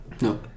No